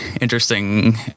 Interesting